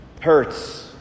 hurts